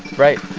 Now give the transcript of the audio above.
right